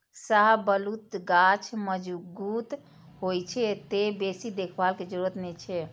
शाहबलूत गाछ मजगूत होइ छै, तें बेसी देखभाल के जरूरत नै छै